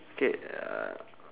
okay uh